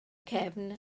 cefn